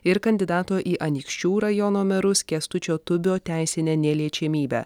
ir kandidato į anykščių rajono merus kęstučio tubio teisinę neliečiamybę